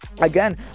again